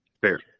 fair